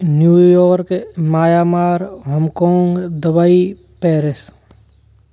New York Myanmar Hong Kong Dubai Paris